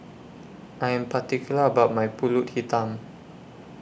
I Am particular about My Pulut Hitam